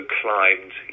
climbed